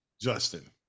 Justin